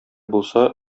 булса